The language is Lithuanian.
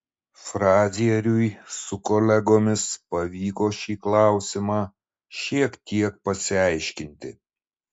frazieriui su kolegomis pavyko šį klausimą šiek tiek pasiaiškinti